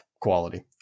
quality